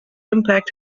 impact